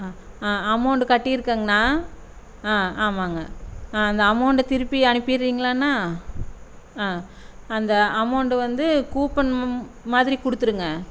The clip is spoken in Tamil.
ஆ ஆ அமௌண்டு கட்டியிருக்கேங்கண்ணா ஆ ஆமாங்க ஆ அந்த அமௌண்ட்டை திருப்பி அனுப்பிவிட்றீங்களாண்ணா ஆ அந்த அமௌண்டு வந்து கூப்பன் மாதிரி கொடுத்துருங்க